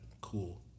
cool